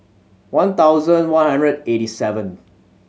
one thousand one hundred eighty seventh